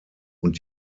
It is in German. und